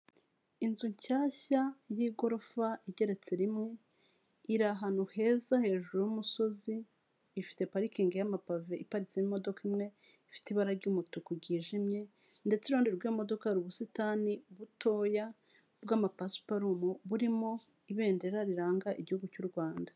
Inzu nshyashya y'igorofa igeretse rimwe, iri ahantu heza hejuru y'umusozi, ifite parikingi y'amapave iparitse imodoka imwe, ifite ibara ry'umutuku ryijimye ndetse iruhande rw'iyo modoka hari ubusitani butoya bw'amapasiparumu burimo ibendera riranga igihugu cy'u Rwanda.